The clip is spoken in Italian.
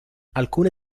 alcune